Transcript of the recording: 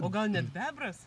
o gal net bebras